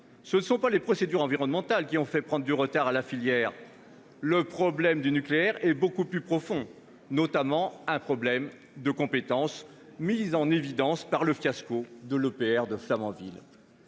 ce ne sont pas les procédures environnementales qui ont fait prendre du retard à la filière. Le problème du nucléaire est bien plus profond et relève notamment d'un problème de compétences, mis en évidence par le fiasco de l'EPR de Flamanville.